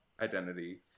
identity